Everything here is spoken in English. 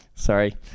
Sorry